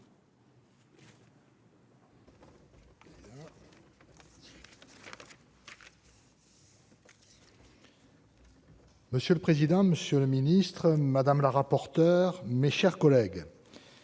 Monsieur le président, monsieur le ministre madame la rapporteure, mes chers collègues.